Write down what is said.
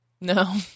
No